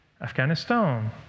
Afghanistan